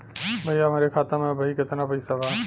भईया हमरे खाता में अबहीं केतना पैसा बा?